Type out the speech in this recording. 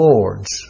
Lord's